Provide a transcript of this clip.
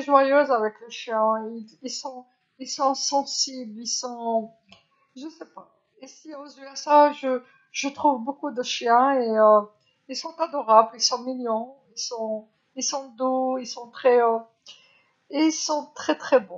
سعيد جدًا بالكلاب، إنهم يفعلون أنهم أليفا، لا أعرف هنا نلعب هذا، أجد الكثير من الكلاب وهم رائعون، إنهم لطيفون، إنهم ناعمون، إنهم يغنون بشكل جيد جدًا.